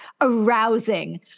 arousing